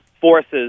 forces